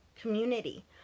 community